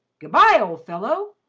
good-bye, old fellow!